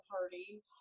party